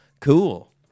cool